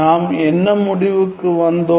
நாம் என்ன முடிவுக்கு வந்தோம்